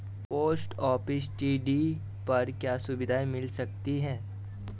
Post office TD पर क्या सुविधाएँ मिल सकती है?